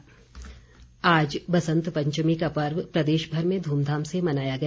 बसंत पंचमी आज बसंत पंचमी का पर्व प्रदेशभर में ध्रमधाम से मनाया गया